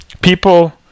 people